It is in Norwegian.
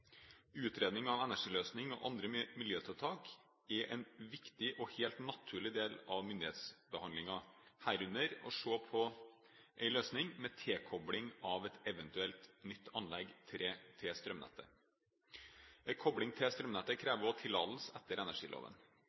Utredning av energiløsning og andre miljøtiltak er en viktig og helt naturlig del av myndighetsbehandlingen, herunder å se på en løsning med tilkobling av et eventuelt nytt anlegg til strømnettet. En kobling til strømnettet krever også tillatelse etter energiloven.